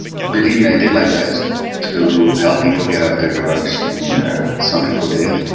believe me, i did my best to help people get off their drugs, and some people did.